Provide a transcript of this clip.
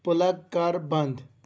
plug کَر بنٛد